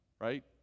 right